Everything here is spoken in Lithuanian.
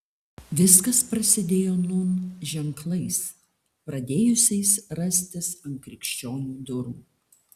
viskas prasidėjo nūn ženklais pradėjusiais rastis ant krikščionių durų